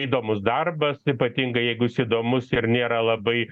įdomus darbas ypatingai jeigu jis įdomus ir nėra labai